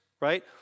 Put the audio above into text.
right